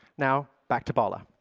now, back to balla.